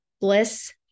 bliss